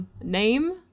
name